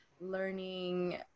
learning